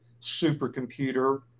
supercomputer